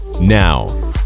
Now